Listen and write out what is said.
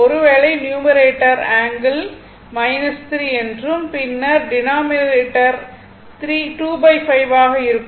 ஒருவேளை numerator angle 3 என்றும் பின்னர் டினாமினேட்டர் ⅖ ஆக இருக்கும்